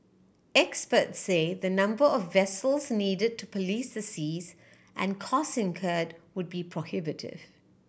experts say the number of vessels needed to police the seas and cost incurred would be prohibitive